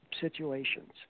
situations